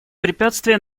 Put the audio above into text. препятствия